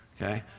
okay?